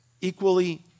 equally